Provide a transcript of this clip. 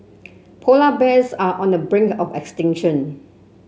polar bears are on the brink of extinction